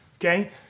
Okay